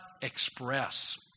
express